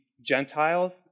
Gentiles